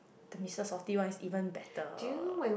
the Mister softee one is even better